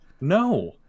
No